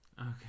Okay